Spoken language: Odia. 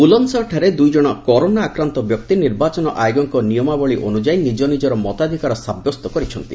ବୁଲନ୍ଦ୍ସହରଠାରେ ଦୁଇ ଜଣ କରୋନା ଆକ୍ରାନ୍ତ ବ୍ୟକ୍ତି ନିର୍ବାଚନ ଆୟୋଗଙ୍କ ନିୟମାବଳି ଅନୁଯାୟୀ ନିକ ନିକର ମତାଧିକାର ସାବ୍ୟସ୍ତ କରିଛନ୍ତି